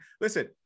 listen